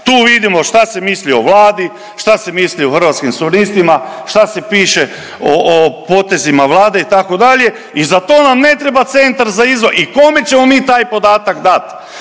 Tu vidimo šta se misli o Vladi, šta se misli o Hrvatskim suverenistima, šta se piše o potezima Vlade itd. i za to nam ne treba Centar za … /Govornik se ne razumije./… i kome ćemo mi taj podatak dati?